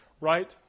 Right